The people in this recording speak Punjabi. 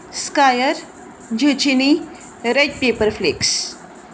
ਸਕਾਇਅਰ ਜ਼ੀਸ਼ਸ਼ਨੀ ਰੈਕ ਪੇਪਰ ਫਲਿਕਸ